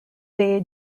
bay